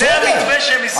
זה המתווה שהם הסכימו עליו.